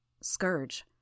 Scourge